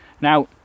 now